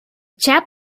chap